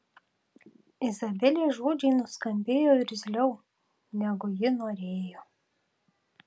izabelės žodžiai nuskambėjo irzliau negu ji norėjo